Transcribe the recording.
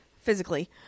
physically